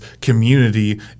community